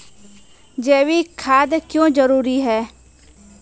जैविक खाद क्यो जरूरी हैं?